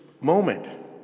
moment